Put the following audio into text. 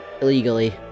Illegally